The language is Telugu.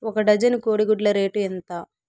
ఒక డజను కోడి గుడ్ల రేటు ఎంత?